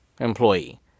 employee